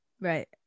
Right